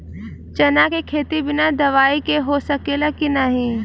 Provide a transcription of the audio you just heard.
चना के खेती बिना दवाई के हो सकेला की नाही?